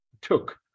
took